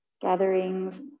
gatherings